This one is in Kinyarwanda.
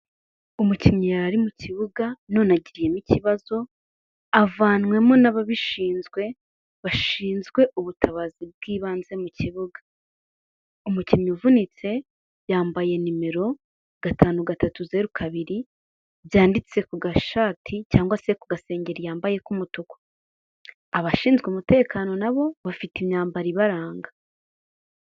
Umukinnyi yari ari mu kibuga none agiriyemo ikibazo, avanywemo n'ababishinzwe bashinzwe ubutabazi bw'ibanze mu kibuga, umukinnyi uvunitse yambaye nimero gatanu gatatu zeru kabiri, byanditse ku gashati cyangwa se ku gasengeri yambaye k'umutuku, abashinzwe umutekano na bo bafite imyambaro ibaranga.